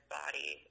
body